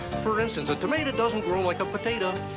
for instance, a tomato doesn't grow like a potato